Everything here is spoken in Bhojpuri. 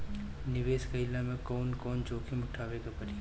निवेस कईला मे कउन कउन जोखिम उठावे के परि?